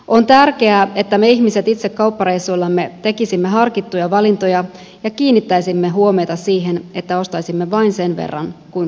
on tärkeää että me ihmiset itse kauppareissuillamme tekisimme harkittuja valintoja ja kiinnittäisimme huomiota siihen että ostaisimme vain sen verran kuin kulutamme